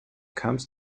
comes